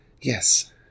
Yes